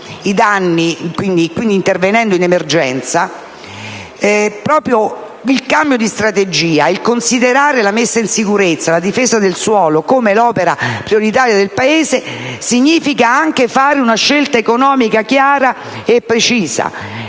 i danni, intervenendo in emergenza. Proprio il cambio di strategia e il considerare la messa in sicurezza e la difesa del suolo come l'opera prioritaria del Paese significa anche fare una scelta economica chiara e precisa